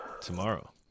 tomorrow